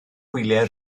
hwyliau